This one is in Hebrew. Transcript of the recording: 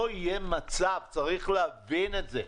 צריך להבין את זה,